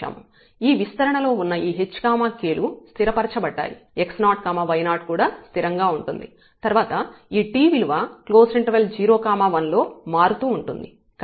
ఈ విస్తరణ లో ఉన్న ఈ h k లు స్థిరపరచబడ్డాయి x0y0 కూడా స్థిరంగా ఉంటుంది తర్వాత ఈ t విలువ 0 1 లో మారుతూ ఉంటుంది